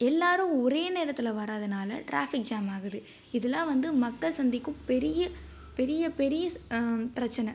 எல்லாரும் ஒரே நேரத்தில் வரதுனால ட்ராஃபிக் ஜாம் ஆகுது இதெலாம் வந்து மக்கள் சந்திக்கும் பெரிய பெரிய பெரிய பிரச்சனை